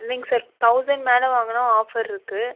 இல்லைங்க sir thousand மேலே வாங்கினா ஆஃபர் இருக்குது